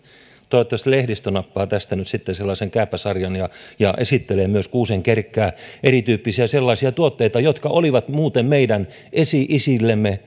toivottavasti lehdistö nappaa tästä nyt sitten sellaisen kääpäsarjan ja ja esittelee myös kuusenkerkkää erityyppisiä sellaisia tuotteita jotka olivat muuten meidän esi isillemme